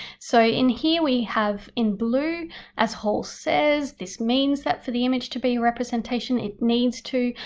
so in here we have in blue as hall says. this means that for the image to be representation it needs to.